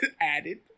added